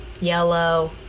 yellow